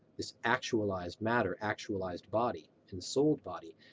this actualized matter, actualized body, ensouled body,